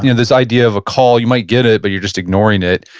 you know this idea of a call, you might get it, but you're just ignoring it.